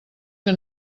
que